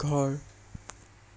ঘৰ